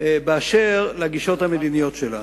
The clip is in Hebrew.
באשר לגישות המדיניות שלנו,